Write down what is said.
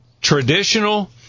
Traditional